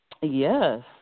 Yes